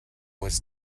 was